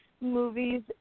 movies